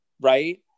Right